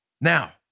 Now